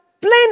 plain